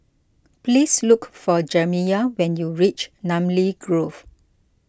please look for Jamiya when you reach Namly Grove